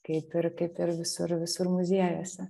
kaip ir kaip ir visur visur muziejuose